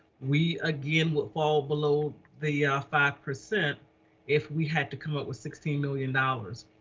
we again will fall below the ah five percent if we had to come up with sixteen million dollars.